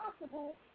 possible